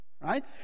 right